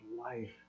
life